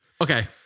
Okay